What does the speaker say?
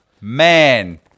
man